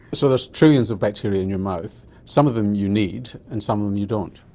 so there are trillions of bacteria in your mouth. some of them you need, and some of them you don't.